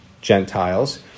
Gentiles